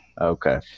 Okay